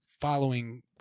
following